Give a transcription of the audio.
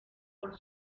por